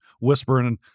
whispering